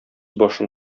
башын